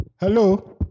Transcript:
Hello